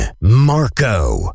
Marco